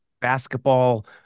basketball